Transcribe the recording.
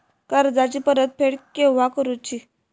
कर्जाची परत फेड केव्हा करुची?